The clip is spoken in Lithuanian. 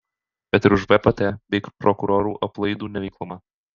bet ir už vpt bei prokurorų aplaidų neveiklumą